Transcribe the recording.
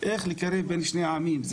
איך לקרב בין שני העמים.